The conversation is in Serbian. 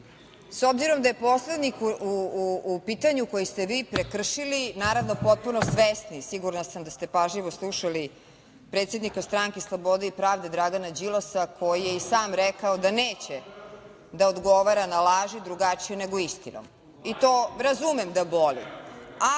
obzirom da je Poslovnik u pitanju koji ste vi prekršili, naravno, potpuno svesni, sigurna sam da ste pažljivo slušali predsednika Stranke slobode i pravde Dragana Đilasa, koji je i sam rekao da neće da odgovara na laži drugačije nego istinom, i to razumem da boli,